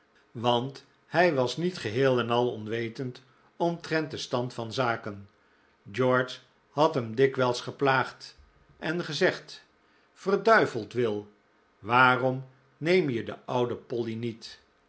want hij was niet geheel en al onwetend omtrent den stand van zaken george had hern dikwijls geplaagd en gezegd verduiveld will waarom neem je de ouwe polly niet